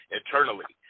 eternally